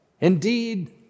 Indeed